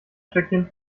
stöckchen